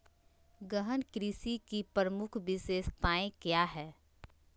गहन कृषि की प्रमुख विशेषताएं क्या है?